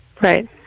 Right